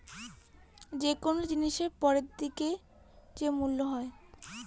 কোনো জিনিসের পরে কি দিনের যে মূল্য হয় তাকে আমরা ফিউচার ভ্যালু বলি